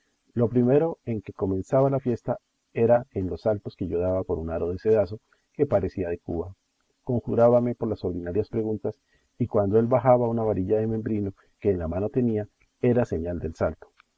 lo primero en que comenzaba la fiesta era en los saltos que yo daba por un aro de cedazo que parecía de cuba conjurábame por las ordinarias preguntas y cuando él bajaba una varilla de membrillo que en la mano tenía era señal del salto